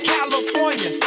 California